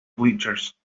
bleachers